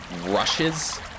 rushes